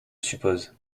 suppose